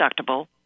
deductible